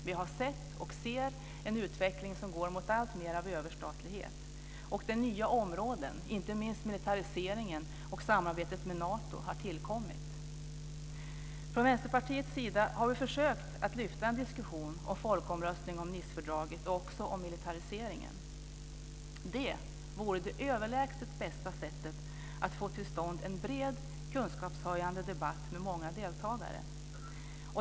Vi har sett och ser en utveckling som går mot alltmer av överstatlighet. Nya områden har tillkommit, inte minst militariseringen och samarbetet med Nato. Från Vänsterpartiets sida har vi försökt lyfta fram en diskussion om folkomröstning om Nicefördraget och också om militariseringen. Det vore det överlägset bästa sättet att få till stånd en bred, kunskapshöjande debatt med många deltagare.